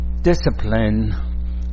discipline